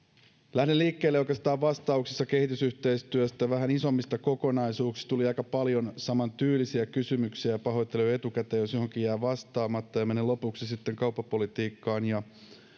lähden liikkeelle vastauksissa kehitysyhteistyöstä oikeastaan vähän isommista kokonaisuuksista tuli aika paljon samantyylisiä kysymyksiä ja pahoittelen jo etukäteen jos johonkin jää vastaamatta ja menen lopuksi sitten kauppapolitiikkaan ja